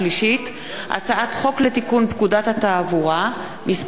הצעת החוק לתיקון פקודת התעבורה (מס' 108),